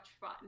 fun